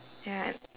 ya